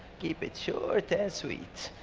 keep it short and sweet.